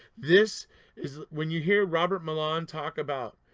this is when you hear robert milan talk about